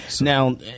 Now